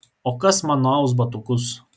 o kas man nuaus batukus